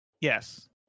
yes